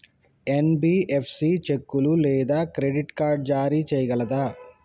NBFC చెక్కులు లేదా credit card జారీ చేయగలదా?